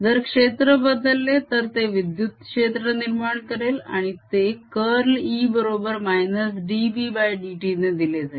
जर क्षेत्र बदलेल तर ते विद्युत क्षेत्र निर्माण करेल आणि ते कर्ल E बरोबर -dBdt ने दिले जाईल